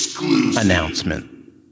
announcement